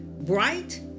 bright